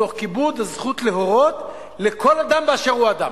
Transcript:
תוך כיבוד הזכות להורות של כל אדם באשר הוא אדם.